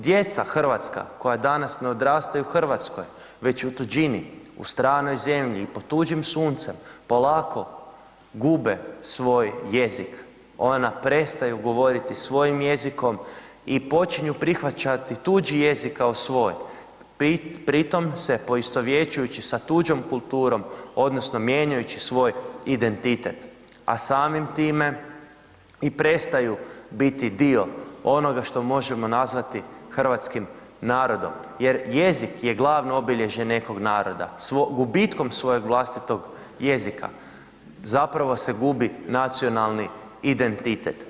Djeca hrvatska koja danas ne odrastaju u Hrvatskoj već u tuđini, u stranoj zemlji i pod tuđim suncem polako gube svoj jezik, ona prestaju govoriti svojim jezikom i počinju prihvaćati tuđi jezik kao svoj, pri tome se poistovjećujući sa tuđom kulturom, odnosno mijenjajući svoj identitet a samim time i prestaju biti dio onoga što možemo nazvati hrvatskim narodom jer jezik je glavno obilježje nekog naroda, gubitkom svojeg vlastitog jezika zapravo se gubi nacionalni identitet.